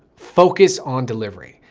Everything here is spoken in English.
focus on delivery.